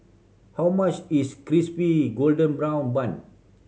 how much is Crispy Golden Brown Bun